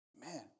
Man